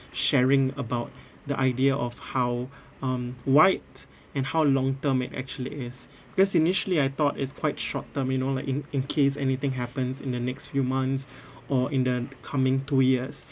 sharing about the idea of how um wide and how long term it actually is because initially I thought it's quite short term you know like in in case anything happens in the next few months or in the coming two years